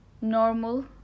normal